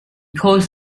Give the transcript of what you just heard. calls